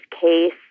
case